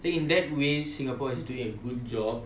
I think in that way singapore is doing a good job